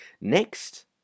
Next